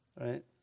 right